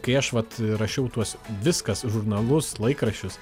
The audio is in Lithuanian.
kai aš vat rašiau tuos viskas žurnalus laikraščius